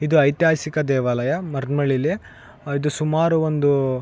ಇದು ಐತಿಹಾಸಿಕ ದೇವಾಲಯ ಮರಿಯಮ್ನಳ್ಳಿಲಿ ಅದು ಸುಮಾರು ಒಂದು